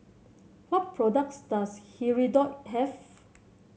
what products does Hirudoid have